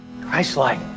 Christ-like